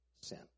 sin